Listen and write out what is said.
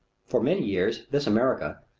for many years this america,